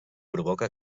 provoca